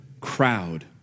crowd